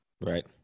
Right